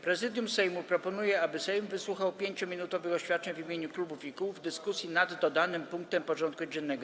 Prezydium Sejmu proponuje, aby Sejm wysłuchał 5-minutowych oświadczeń w imieniu klubów i kół w dyskusji nad dodanym punktem porządku dziennego.